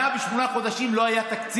אבל אתה יודע, שנה ושמונה חודשים לא היה תקציב.